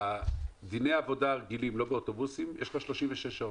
בדיני העבודה הרגילים, לא באוטובוסים, יש 36 שעות,